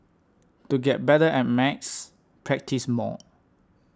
to get better at maths practise more